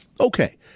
Okay